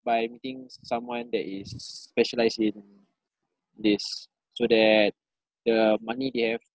by I'm thinks someone that is specialised in this so that the money they have